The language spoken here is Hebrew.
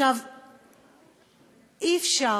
אי-אפשר